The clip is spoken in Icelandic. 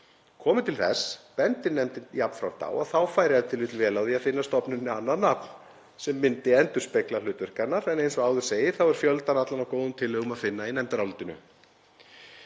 Komi til þess bendir nefndin jafnframt á að þá færi e.t.v. vel á því að finna stofnuninni annað nafn sem myndi endurspegla hlutverk hennar, en eins og áður segir er fjöldann allan af góðum tillögum að finna í nefndarálitinu.